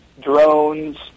drones